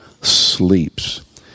sleeps